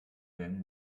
them